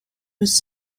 was